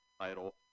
title